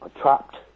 trapped